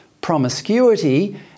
promiscuity